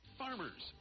Farmers